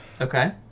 Okay